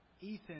Ethan